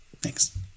Thanks